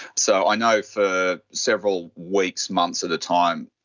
so i know for several weeks, months at a time,